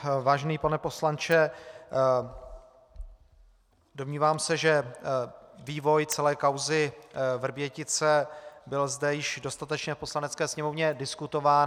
Vážený pane poslanče, domnívám se, že vývoj celé kauzy Vrbětice byl zde již dostatečně v Poslanecké sněmovně diskutován.